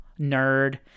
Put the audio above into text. nerd